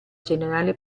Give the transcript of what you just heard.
generale